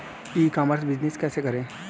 ई commerce business कैसे करें?